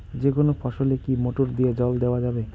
যেকোনো ফসলে কি মোটর দিয়া জল দেওয়া যাবে?